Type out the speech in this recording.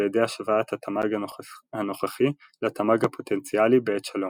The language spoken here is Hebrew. ידי השוואת התמ"ג הנוכחי לתמ"ג הפוטנציאלי בעת שלום.